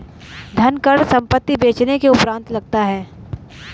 धनकर संपत्ति बेचने के उपरांत लगता है